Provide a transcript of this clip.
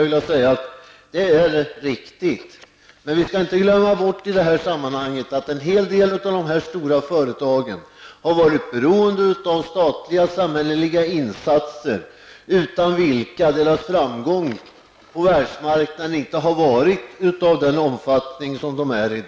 Det är helt riktigt, men vi skall i det här sammanhanget inte glömma bort att en hel del av de stora företagen har varit beroende av statliga och samhälleliga insatser, utan vilka deras framgång på världsmarknaden inte hade varit av den omfattning som den är.